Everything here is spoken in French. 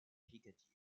significative